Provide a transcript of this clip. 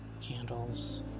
candles